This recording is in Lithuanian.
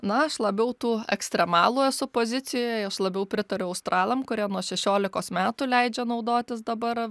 na aš labiau tų ekstremalų esu pozicijoj aš labiau pritariu australam kurie nuo šešiolikos metų leidžia naudotis dabar